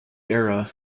era